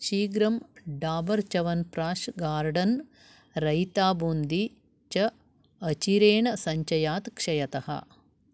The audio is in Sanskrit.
शीघ्रं डाबर् च्यवन्प्राश् गार्डन् रयिता बून्दी च अचिरेण सञ्चयात् क्षयतः